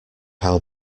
how